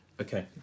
Okay